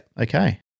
Okay